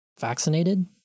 vaccinated